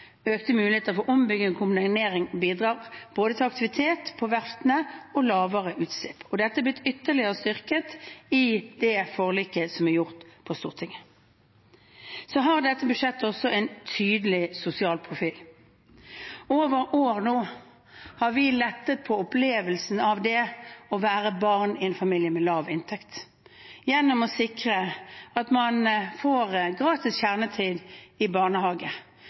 Økte muligheter for ombygging og kombinering bidrar til både aktivitet på verftene og lavere utslipp. Dette er blitt ytterligere styrket i det forliket som er inngått på Stortinget. Dette budsjettet har også en tydelig sosial profil. Over år har vi nå lettet på opplevelsen av det å være barn i en familie med lav inntekt – gjennom å sikre at man får gratis kjernetid i barnehage,